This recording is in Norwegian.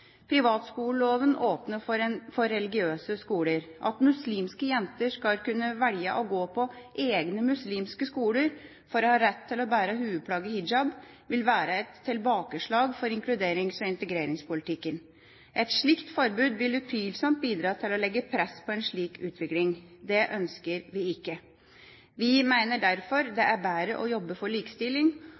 Privatskoleloven åpner for religiøse skoler. At muslimske jenter skal kunne velge å gå på egne muslimske skoler for å ha rett til å bære hodeplagget hijab, vil være et tilbakeslag for inkluderings- og integreringspolitikken. Et slikt forbud vil utvilsomt bidra til å legge press på en slik utvikling. Det ønsker vi ikke. Vi mener derfor det er bedre å jobbe for likestilling